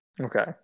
Okay